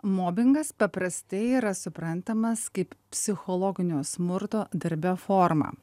mobingas paprastai yra suprantamas kaip psichologinio smurto darbe forma